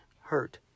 hurt